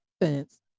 fence